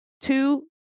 two